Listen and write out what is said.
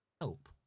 help